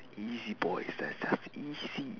easy boy that's just easy